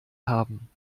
haben